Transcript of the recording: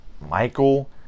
Michael